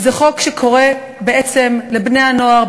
זה חוק שקורא בעצם לבני-הנוער,